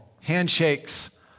Handshakes